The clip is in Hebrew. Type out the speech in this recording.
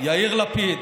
יאיר לפיד,